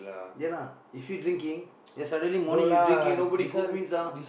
ya lah if you drinking then suddenly morning you drinking nobody cook means ah